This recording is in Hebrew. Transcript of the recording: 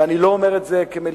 ואני לא אומר את זה כמליצה.